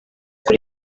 kuri